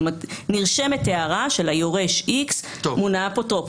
זאת אומרת, נרשמת הערה שליורש x מונה אפוטרופוס.